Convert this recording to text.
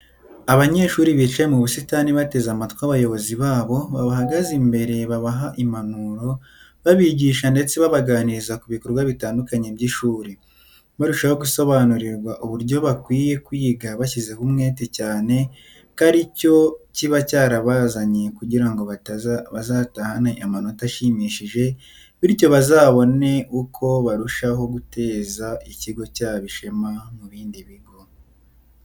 Abanyeshuri bicaye mu busitani bateze amatwi abayobozi babo babahagaze imbere babaha impanuro, babigisha ndetse babaganiriza ku bikorwa bitandukanye by’ishuri. Barushaho gusobanurirwa uburyo bakwiye kwiga bashyizeho umwete cyane ko aricyo kiba cyarabazanye kugirango bazatahane amanota ashimishije bityo bazabone uko barushaho guteza ikigo cyabo ishema mu bindi bigo.